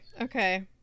okay